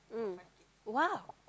mm !wow!